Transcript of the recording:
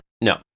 no